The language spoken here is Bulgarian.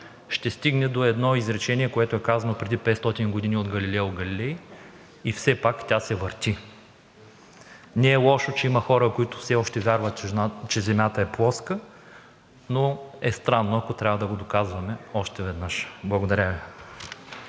ще стигне до едно изречение, което е казано преди 500 години от Галилео Галилей: „И все пак тя се върти.“ Не е лошо, че има хора, които все още вярват, че Земята е плоска, но е странно, ако трябва да го доказваме още веднъж. Благодаря Ви.